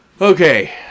Okay